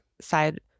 side